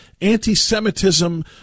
anti-Semitism